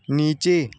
नीचे